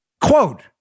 Quote